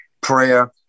prayer